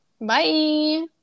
Bye